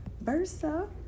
versa